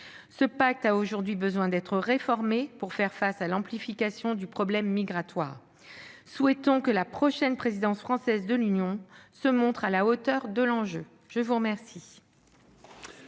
Ce pacte a aujourd'hui besoin d'être réformé pour faire face à l'amplification du problème migratoire. Souhaitons que la prochaine présidence française de l'Union se montre à la hauteur de l'enjeu. La parole